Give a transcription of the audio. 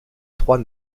trois